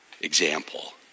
Example